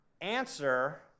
answer